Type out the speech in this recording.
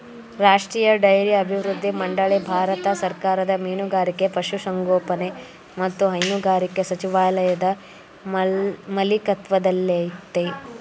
ರಾಷ್ಟ್ರೀಯ ಡೈರಿ ಅಭಿವೃದ್ಧಿ ಮಂಡಳಿ ಭಾರತ ಸರ್ಕಾರದ ಮೀನುಗಾರಿಕೆ ಪಶುಸಂಗೋಪನೆ ಮತ್ತು ಹೈನುಗಾರಿಕೆ ಸಚಿವಾಲಯದ ಮಾಲಿಕತ್ವದಲ್ಲಯ್ತೆ